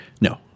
No